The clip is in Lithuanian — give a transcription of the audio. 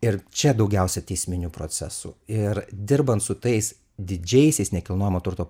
ir čia daugiausia teisminių procesų ir dirbant su tais didžiaisiais nekilnojamo turto